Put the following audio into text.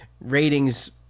ratings